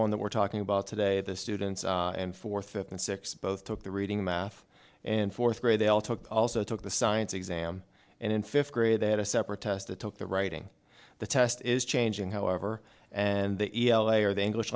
one that we're talking about today the students and fourth fifth and sixth both took the reading math and fourth grade they all took also took the science exam and in fifth grade they had a separate test that took the writing the test is changing however and the e l a or the english